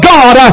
God